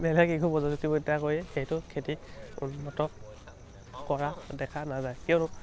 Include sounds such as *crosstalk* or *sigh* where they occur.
*unintelligible* প্ৰযুক্তিবদ্যা কৰি সেইটো খেতি উন্নত কৰা দেখা নাযায় কিয়নো